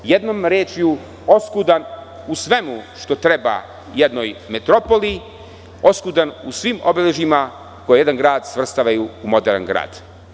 Jednom rečju, oskudan u svemu što treba jednoj metropoli, oskudan u svim obeležjima koje jedan grad svrstavaju u moderan grad“